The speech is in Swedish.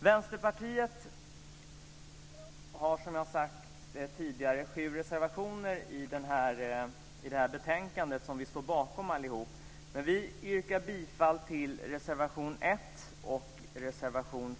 Vänsterpartiet har som jag har sagt tidigare sju reservationer i detta betänkande som vi står bakom. Men jag yrkar bifall till reservationerna 1 och 15.